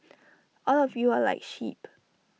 all of you are like sheep